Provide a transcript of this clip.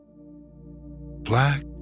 Black